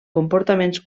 comportaments